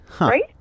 right